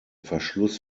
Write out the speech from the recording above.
verschluss